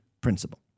principle